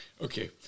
Okay